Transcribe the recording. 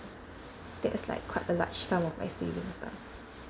that's like quite a large sum of my savings lah